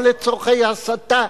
או לצורכי הסתה.